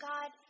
God